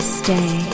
stay